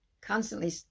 constantly